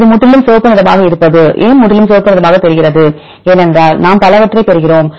இது முற்றிலும் சிவப்பு நிறமாக இருப்பது ஏன் முற்றிலும் சிவப்பு நிறமாக தெரிகிறது ஏனென்றால் நாம் பலவற்றைப் பெறுகிறோம்